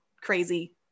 crazy